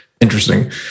interesting